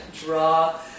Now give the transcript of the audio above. draw